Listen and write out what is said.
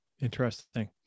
Interesting